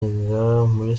muri